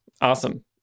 awesome